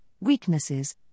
weaknesses